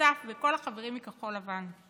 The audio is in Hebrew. אסף וכל החברים מכחול לבן,